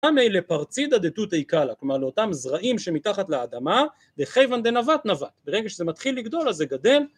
לפרצידא דתותי קלא, כלומר לאותם זרעים שמתחת לאדמה, וכיוון דנבט - נבט. ברגע שזה מתחיל לגדול, אז זה גדל